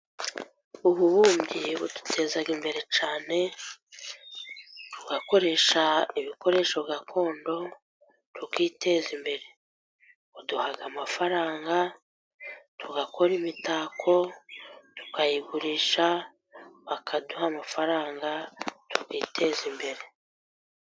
Ubumbyi buduteza imbere cyane tugakoresha ibikoresho gakondo, tukiteza imbere, buduha amafaranga, tugakora imitako tukayigurisha bakaduha amafaranga, twiteza imbere.